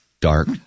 dark